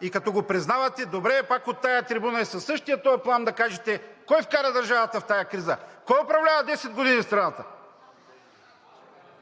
И като го признавате, добре е пак от тази трибуна, със същия този плам да кажете кой вкара държавата в тази криза. Кой управлява десет години страната?